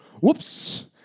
whoops